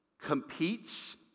competes